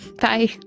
bye